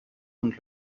und